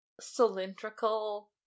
cylindrical